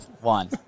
One